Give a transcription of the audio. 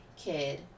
kid